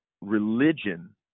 religion